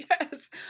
Yes